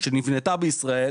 שנבנתה בישראל,